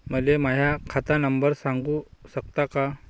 मले माह्या खात नंबर सांगु सकता का?